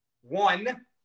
One